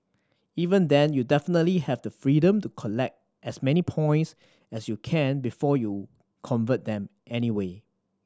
even then you definitely have the freedom to collect as many points as you can before you convert them anyway